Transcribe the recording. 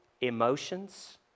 emotions